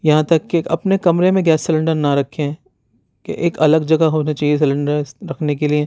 یہاں تک کہ اپنے کمرے میں گیس سیلنڈر نا رکھیں کہ ایک الگ جگہ ہونا چاہیے سیلنڈرس رکھنے کے لئے